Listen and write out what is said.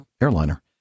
airliner